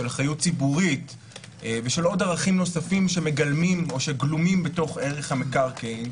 של אחריות ציבורית ושל עוד ערכים שמגלמים או גלומים בתוך ערך המקרקעין.